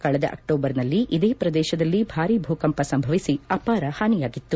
ಕಳೆದ ಅಕ್ಸೋಬರ್ನಲ್ಲಿ ಇದೇ ಪ್ರದೇಶದಲ್ಲಿ ಭಾರಿ ಭೂಕಂಪ ಸಂಭವಿಸಿ ಅಪಾರ ಹಾನಿಯಾಗಿತ್ತು